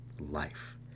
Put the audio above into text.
life